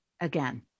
again